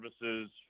services